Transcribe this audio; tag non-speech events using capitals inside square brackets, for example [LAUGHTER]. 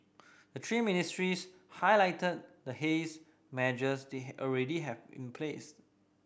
the three ministries highlighted the haze measures they [UNINTELLIGIBLE] already have in place